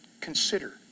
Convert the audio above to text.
consider